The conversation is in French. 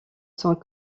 sont